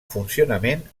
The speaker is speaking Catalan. funcionament